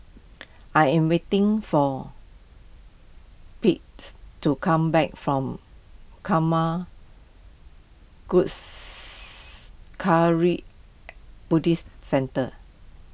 I am waiting for Paityns to come back from Karma Buddhist Centre